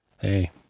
hey